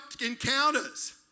encounters